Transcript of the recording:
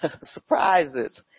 surprises